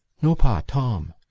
no, pa. tom.